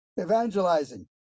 evangelizing